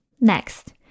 Next